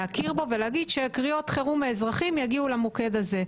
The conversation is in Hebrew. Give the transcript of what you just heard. להכיר בו ולהגיד שקריאות חירום מהאזרחים יגיעו למוקד הזה.